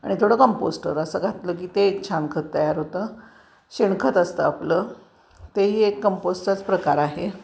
आणि थोडं कंपोस्टर असं घातलं की ते एक छान खत तयार होतं शेणखत असतं आपलं तेही एक कंपोस्टचाच प्रकार आहे